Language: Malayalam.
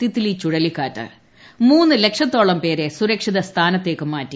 തിത്ലി ചുഴലിക്കാറ്റ് മൂന്നു ലക്ഷത്തോളം പേരെ സുരക്ഷിത സ്ഥാനത്തേയ്ക്ക് മാറ്റി